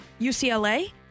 UCLA